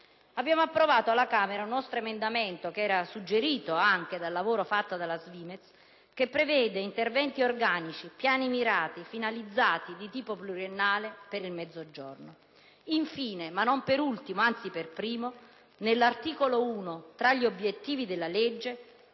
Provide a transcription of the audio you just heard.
Abbiamo approvato alla Camera un nostro emendamento, suggerito anche dal lavoro svolto dalla SVIMEZ, che prevede interventi organici, piani mirati e finalizzati di tipo pluriennale per il Mezzogiorno. Infine, ma non per ultimo, anzi per primo, nell'articolo 1 tra gli obiettivi della legge